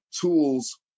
tools